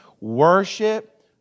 Worship